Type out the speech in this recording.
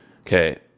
Okay